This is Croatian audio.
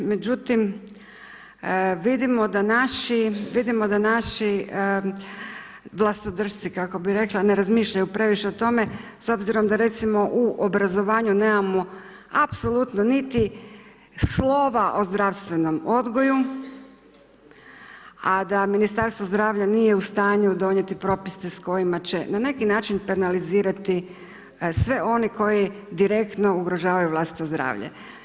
Međutim, vidimo da naši vlastodršci, kako bi rekla, ne razmišljaju previše o tome s obzirom da u obrazovanju nemamo apsolutno niti slova o zdravstvenom odgoju a da ministarstvo zdravlja nije u stanju donijeti propise s kojima će na neki način penalizirati sve one koji direktno ugrožavaju vlastito zdravlje.